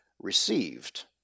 received